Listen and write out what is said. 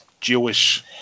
Jewish